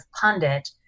pundit